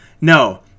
no